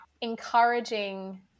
encouraging